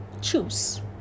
choose